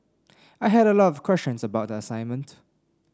I had a lot of questions about the assignment